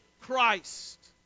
Christ